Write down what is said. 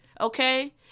Okay